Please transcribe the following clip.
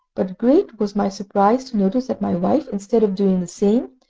but great was my surprise to notice that my wife, instead of doing the same,